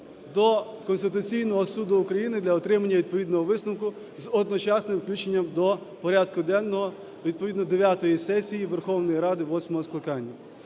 до Конституційного Суду України для отримання відповідного висновку з одночасним включенням до порядку денного, відповідно, дев'ятої сесії Верховної Ради восьмого скликання.